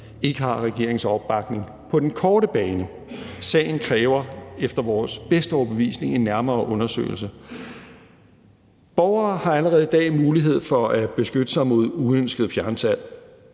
ikke har regeringens opbakning på den korte bane. Sagen kræver efter vores bedste overbevisning en nærmere undersøgelse. Borgere har allerede i dag mulighed for at beskytte sig mod uønsket fjernsalg.